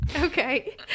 Okay